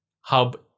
hub